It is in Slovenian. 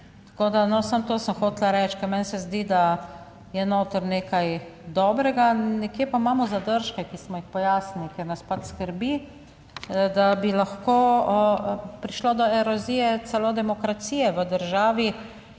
Tako da, no, samo to sem hotela reči, ker meni se zdi, da je noter nekaj dobrega, nekje pa imamo zadržke, ki smo jih pojasnili, ker nas pač skrbi, da bi lahko prišlo do erozije, celo demokracije v državi,